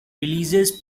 releases